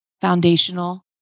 foundational